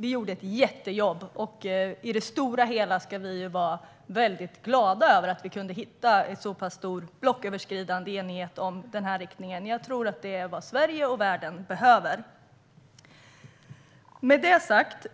Vi gjorde ett jättejobb, och i det stora hela ska vi vara väldigt glada att vi kunde hitta en så pass stor blocköverskridande enighet om den här riktningen. Jag tror att det är vad Sverige och världen behöver. Med det sagt